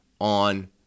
on